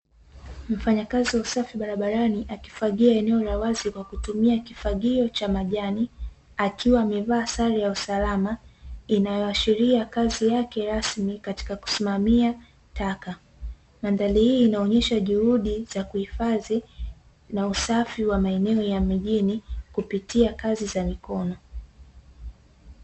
Mfanyakazi wa usafi barabarani akifagia eneo la wazi kwa kutumia kifagio cha majani, akiwa amevaa sare ya usalama inayoashiria kazi yake rasmi katika kusimamia taka, mandhari hii inaonyesha juhudi za kuhifadhi, na usafi wa maeneo ya mijini kupitia kazi za mikono.